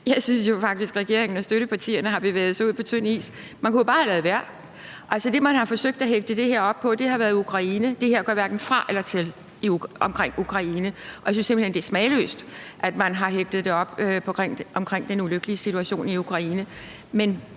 Jeg synes jo faktisk, at regeringen og støttepartierne har bevæget sig ud på tynd is. Man kunne jo bare have ladet være. Altså, det, man har forsøgt at hægtedet her op på, har været Ukraine. Det her gør hverken fra eller til i forhold til Ukraine, og jeg synes simpelt hen, at det er smagløst, at man har hægtet det op på den ulykkelige situation i Ukraine.